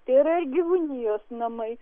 tai yra ir gyvūnijos namai